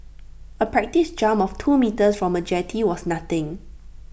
A practice jump of two metres from A jetty was nothing